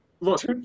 Look